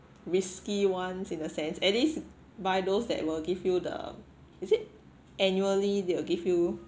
risky ones in a sense at least buy those that will give you the is it annually they'll give you